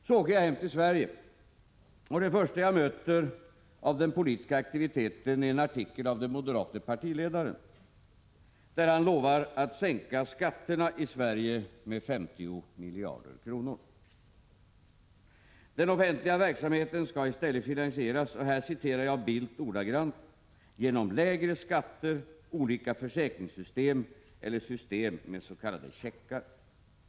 Så åker jag hem till Sverige, och det första jag möter av den politiska aktiviteten är en artikel av den moderate partiledaren, där han lovar att sänka skatterna i Sverige med 50 miljarder. Den offentliga verksamheten skall i stället finansieras ”genom lägre skatter, olika försäkringssystem eller system med s.k. checkar”, för att citera Bildt ordagrant.